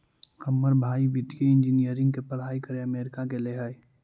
हमर भाई वित्तीय इंजीनियरिंग के पढ़ाई करे अमेरिका गेले हइ